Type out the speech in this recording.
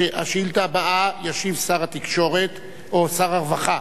השאילתא הבאה, ישיב שר התקשורת או שר הרווחה.